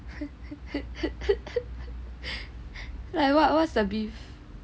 like what was the beef